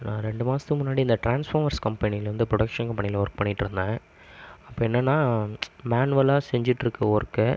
நான் ரெண்டு மாதத்துக்கு முன்னாடி இந்த ட்ரான்ஸ்ஃபார்மஸ் கம்பெனியில் வந்து ப்ரொடக்ஷன் பணியில் ஒர்க் பண்ணிட்டிருந்தேன் அப்போ என்னென்னா மேனுவலாக செஞ்சுட்டுருக்க ஒர்க்கை